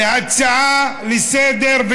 וענה להצעה לסדר-היום,